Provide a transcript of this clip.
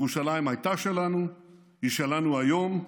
ירושלים הייתה שלנו, היא שלנו היום,